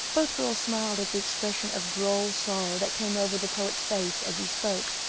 both girls smiled at the expression of droll sorrow that came over the poet's face as he spoke.